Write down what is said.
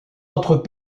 autres